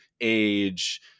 age